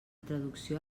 traducció